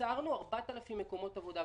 ייצרנו 4,000 מקומות עבודה.